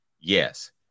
Yes